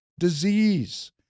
disease